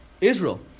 Israel